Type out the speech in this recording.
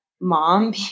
mom